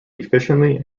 efficiently